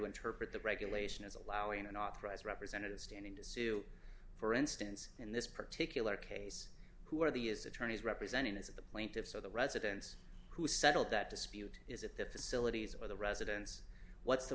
interpret the regulation as allowing unauthorized representatives standing to sue for instance in this particular case who are the is attorneys representing is it the plaintiffs or the residents who settled that dispute is it the facilities or the residents what's the